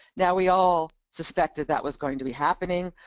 now we all suspected that was going to be happening,